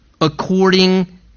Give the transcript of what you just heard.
according